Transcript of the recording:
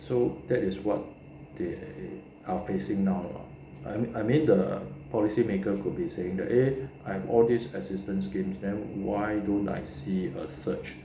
so that is what they are facing now lah I I mean the policymakers could be saying that eh I've all this assistance schemes then why don't I see the surge